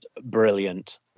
brilliant